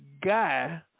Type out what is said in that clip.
guy